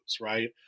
right